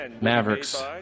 Mavericks